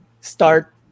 start